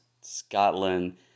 Scotland